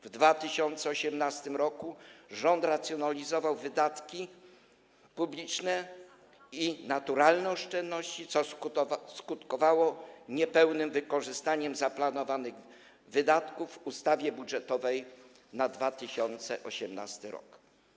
W 2018 r. rząd racjonalizował wydatki publiczne i naturalne oszczędności, co skutkowało niepełnym wykorzystaniem zaplanowanych wydatków w ustawie budżetowej na 2018 r.